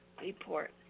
report